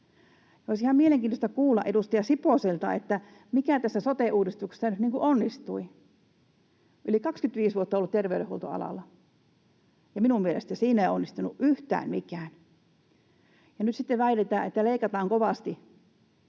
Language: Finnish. Olisi ihan mielenkiintoista kuulla edustaja Siposelta, että mikä tässä sote-uudistuksessa nyt onnistui. Yli 25 vuotta olen ollut terveydenhuoltoalalla, ja minun mielestäni siinä ei onnistunut yhtään mikään, ja nyt sitten väitetään, että leikataan kovasti.